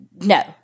No